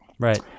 Right